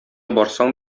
барсаң